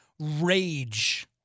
Rage